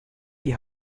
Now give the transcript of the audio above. die